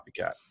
copycat